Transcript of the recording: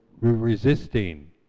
resisting